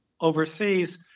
overseas